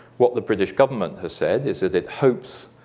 what the british government has said is that it hopes